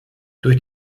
durch